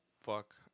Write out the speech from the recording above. fuck